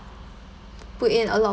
put in a lot